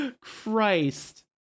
christ